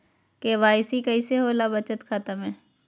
KYC कैसे होला बचत खाता में?